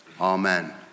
Amen